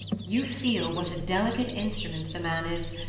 you feel what a delicate instrument the man is,